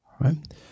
right